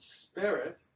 spirit